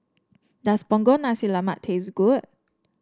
does Punggol Nasi Lemak taste good